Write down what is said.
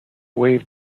wave